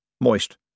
Moist